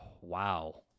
wow